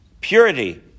purity